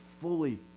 fully